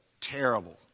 terrible